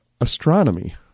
astronomy